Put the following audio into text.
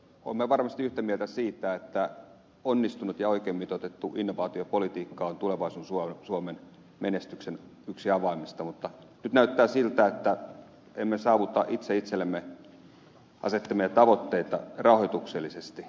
olemme varmasti yhtä mieltä siitä että onnistunut ja oikein mitoitettu innovaatiopolitiikka on yksi tulevaisuuden suomen menestyksen avaimista mutta nyt näyttää siltä että emme saavuta itse itsellemme asettamiamme tavoitteita rahoituksellisesti